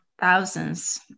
thousands